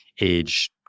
age